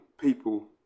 people